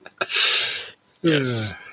Yes